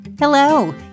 Hello